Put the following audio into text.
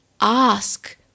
ask